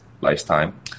lifetime